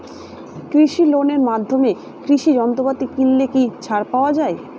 কৃষি লোনের মাধ্যমে কৃষি যন্ত্রপাতি কিনলে কি ছাড় পাওয়া যায়?